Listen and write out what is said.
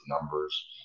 numbers